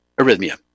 arrhythmia